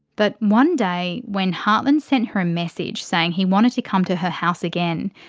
but one day, when hartland sent her a message saying he wanted to come to her house again,